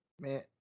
Man